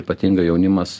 ypatingai jaunimas